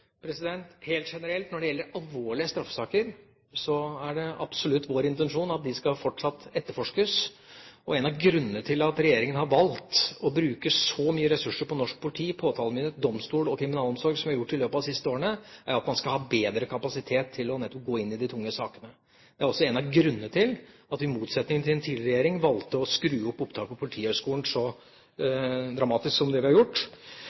Helt generelt: Når det gjelder alvorlige straffesaker, er det absolutt vår intensjon at de fortsatt skal etterforskes. En av grunnene til at regjeringa har valgt å bruke så mye ressurser på norsk politi, påtalemyndighet, domstol og kriminalomsorg som vi har gjort i løpet av de siste årene, er at man skal ha bedre kapasitet til nettopp å gå inn i de tunge sakene. Det er også en av grunnene til at vi i motsetning til den tidligere regjering valgte å skru opp opptaket på Politihøgskolen så dramatisk som det vi har gjort.